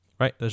right